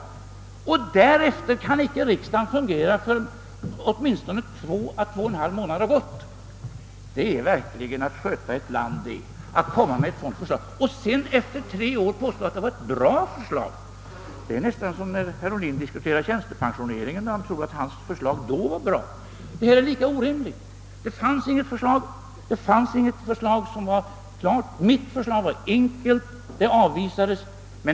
— varefter riksdagen inte kunde fungera förrän åtminstone två eller två och en halv månader hade gått. Att komma med ett sådant förslag är verkligen att kunna sköta ett land! Och att sedan efter tre år påstå att det var ett bra förslag är nästan som när herr Ohlin diskuterade tjänstepensionen, och trodde att hans förslag var bra. Detta är lika orimligt. Det fanns inget förslag från er sida som var bra. Mitt förslag var enkelt, men det avvisades.